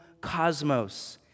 cosmos